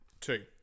Two